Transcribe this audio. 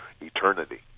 eternity